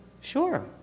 Sure